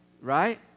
Right